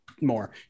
more